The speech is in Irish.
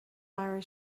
leabhar